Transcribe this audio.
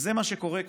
וזה מה שקורה כאן,